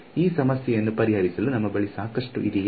ಈ ಸಮಸ್ಯೆಯನ್ನು ಪರಿಹರಿಸಲು ನಮ್ಮ ಬಳಿ ಸಾಕಷ್ಟು ಇದೆಯೇ